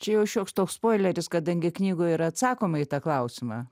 čia jau šioks toks spoileris kadangi knygoj yra atsakoma į tą klausimą